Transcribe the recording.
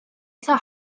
isa